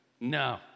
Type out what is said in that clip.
No